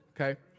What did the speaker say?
okay